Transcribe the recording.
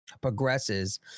progresses